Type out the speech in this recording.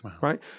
right